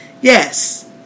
yes